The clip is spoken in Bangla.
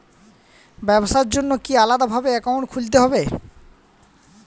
ব্যাবসার জন্য কি আলাদা ভাবে অ্যাকাউন্ট খুলতে হবে?